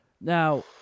Now